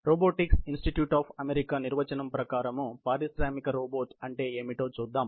robotics institute of America నిర్వచనం ప్రకారం పారిశ్రామిక రోబోట్ అంటే ఏమిటో చూద్దాం